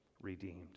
redeemed